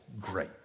great